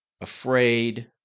afraid